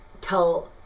tell